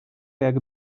jak